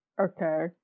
Okay